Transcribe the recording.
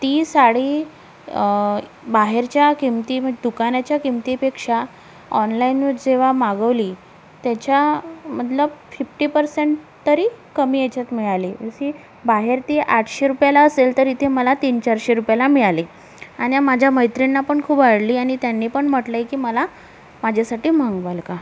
ती साडी बाहेरच्या किमती म दुकानाच्या किमतीपेक्षा ऑनलाईन जेव्हा मागवली त्याच्या मतलब फिप्टी पर्सेंट तरी कमी याच्यात मिळाली जशी बाहेर ती आठशे रुपयाला असेल तर इथे मला तीन चारशे रुपयाला मिळाली आन्या माझ्या मैत्रिणना पण खूप आवडली आणि त्यांनी पण म्हटले की मला माझ्यासाठी मागवाल का